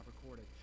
recorded